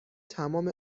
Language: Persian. تمام